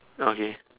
okay